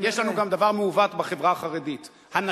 גם